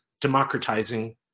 democratizing